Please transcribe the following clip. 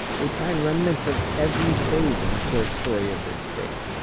they'd find remnants of every phase in the short story of this state.